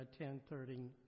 10:30